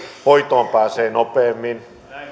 hoitoon pääsee nopeammin